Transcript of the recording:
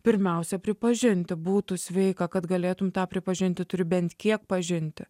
pirmiausia pripažinti būtų sveika kad galėtum tą pripažinti turi bent kiek pažinti